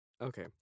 Okay